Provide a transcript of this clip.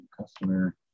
customer